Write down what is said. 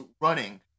running